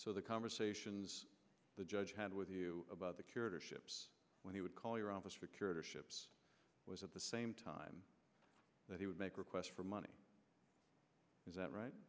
so the conversations the judge had with you about the curatorship when he would call your office for curatorship was at the same time that he would make requests for money is that right